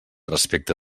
respecte